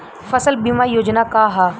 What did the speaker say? फसल बीमा योजना का ह?